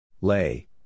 Lay